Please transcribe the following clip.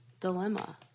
dilemma